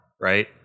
Right